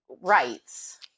rights